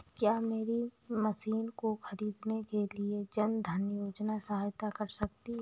क्या मेरी मशीन को ख़रीदने के लिए जन धन योजना सहायता कर सकती है?